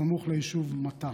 סמוך ליישוב מטע.